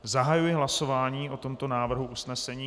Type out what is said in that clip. Zahajuji hlasování o tomto návrhu usnesení.